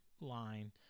line